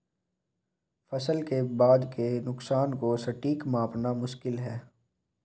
फसल के बाद के नुकसान को सटीक मापना मुश्किल है